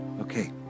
Okay